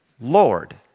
lord